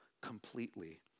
completely